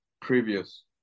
previous